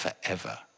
forever